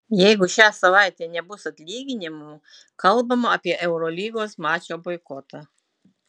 jeigu šią savaitę nebus atlyginimų kalbama apie eurolygos mačo boikotą